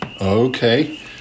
okay